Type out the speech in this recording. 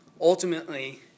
Ultimately